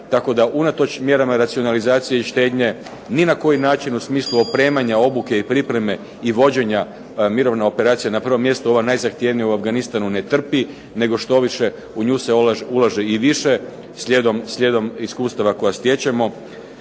tako da unatoč mjerama racionalizacije i štednje ni na koji način u smislu opremanja, obuke, pripreme i vođenja mirovne operacije na prvom mjestu ova najzahtjevnija u Afganistanu ne trpi nego štoviše, u nju se ulaže i više slijedom iskustava koja stječemo.